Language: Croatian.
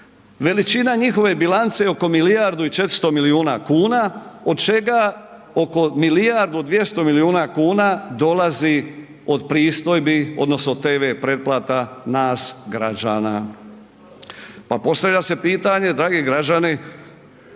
Veličina njihove bilance je oko milijardu i 400 milijuna kuna od čega oko milijardu 200 milijuna kuna dolazi od pristojbi odnosno od TV pretplata nas građana. Pa postavlja se pitanje dragi građani,